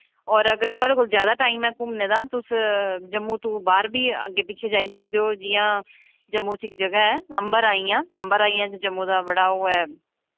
और अगर थोआढ़े कोल जैदा टाइम ऐ घुम्मने दा तुस जम्मू तो बाह्र बी अग्गें पिच्छें जाई सकदे ओ जि'यां जम्मू च इक ज'गा ऐ अम्बाराइयां अम्बाराइयां च जम्मू बड़ा ओह् ऐ